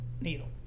needle